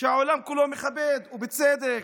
שהעולם כולו מכבד, ובצדק.